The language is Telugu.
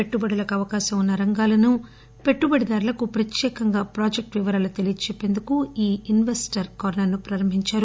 పెట్టుబడులకు అవకాశం ఉన్న రంగాలను పెట్టుబడిదారులకు ప్రత్యేకంగా ప్రాజెక్టు వివరాలు తెలియ చెప్పేందుకు ఈ ఇన్వెస్టర్లు కార్నర్ ను ప్రారంభించారు